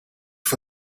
for